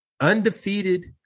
undefeated